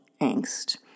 angst